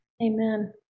Amen